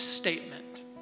statement